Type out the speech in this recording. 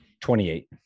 28